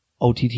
OTT